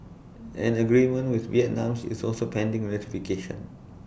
an agreement with Vietnam is also pending ratification